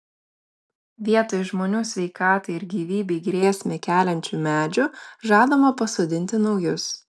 vietoj žmonių sveikatai ir gyvybei grėsmę keliančių medžių žadama pasodinti naujus